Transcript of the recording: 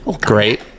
Great